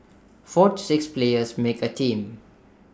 four to six players make A team